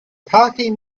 parking